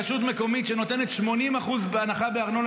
רשות מקומית שנותנת 80% הנחה בארנונה